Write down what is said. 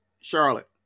Charlotte